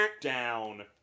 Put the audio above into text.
Down